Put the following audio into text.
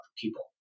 people